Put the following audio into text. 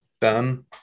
done